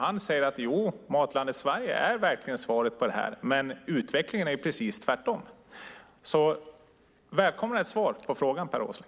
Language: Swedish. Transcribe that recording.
Han säger att Matlandet Sverige verkligen är svaret på detta. Men utvecklingen är precis tvärtom. Så välkommen med ett svar på frågan, Per Åsling!